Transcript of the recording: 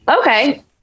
Okay